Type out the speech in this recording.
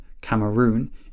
Cameroon